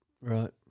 Right